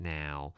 now